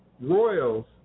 royals